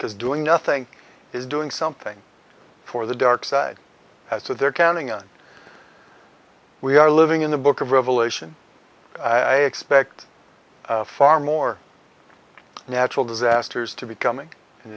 because doing nothing is doing something for the darkside has to they're counting on we are living in the book of revelation i expect far more natural disasters to be coming in